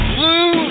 Blue